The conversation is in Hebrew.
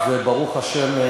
וברוך השם,